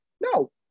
No